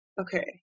Okay